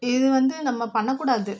இதுவந்து நம்ம பண்ணக்கூடாது